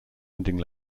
ending